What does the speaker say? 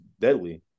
deadly